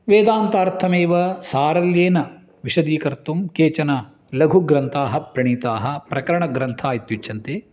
वेदान्तार्थमेव सारल्येन विषदीकर्तुं केचन लघुग्रन्थाः प्रणीताः प्रकरणग्रन्था इत्युच्यन्ते